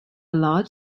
large